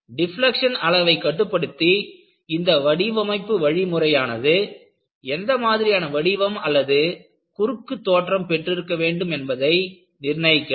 deflection அளவை கட்டுப்படுத்தி இந்த வடிவமைப்பு வழிமுறையானது எந்த மாதிரியான வடிவம் அல்லது குறுக்கு தோற்றம் பெற்றிருக்க வேண்டும் என்பதை நிர்ணயிக்கலாம்